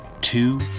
two